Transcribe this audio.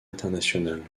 internationale